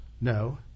No